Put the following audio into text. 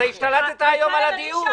אתה השתלטת היום על הדיון.